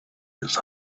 his